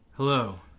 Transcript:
Hello